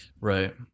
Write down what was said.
right